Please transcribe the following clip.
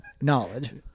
knowledge